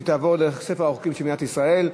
ותעבור לספר החוקים של מדינת ישראל.